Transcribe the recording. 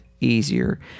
easier